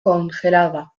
congelada